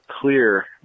clear